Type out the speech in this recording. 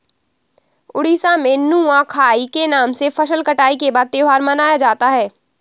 उड़ीसा में नुआखाई के नाम से फसल कटाई के बाद त्योहार मनाया जाता है